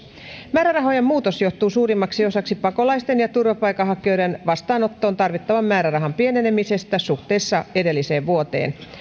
määrärahojen muutos johtuu suurimmaksi osaksi pakolaisten ja turvapaikanhakijoiden vastaanottoon tarvittavan määrärahan pienenemisestä suhteessa edelliseen vuoteen